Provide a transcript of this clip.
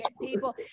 people